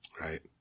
Right